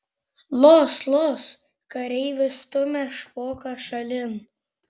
los los kareivis stumia špoką šalin